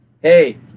hey